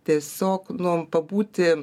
tiesiog nu pabūti